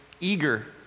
Eager